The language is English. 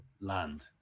land